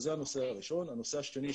הנושא השני,